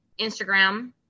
Instagram